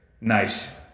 Nice